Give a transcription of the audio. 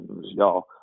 y'all